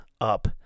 up